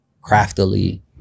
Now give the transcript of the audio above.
craftily